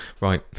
Right